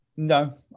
No